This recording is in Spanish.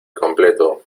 completo